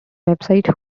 website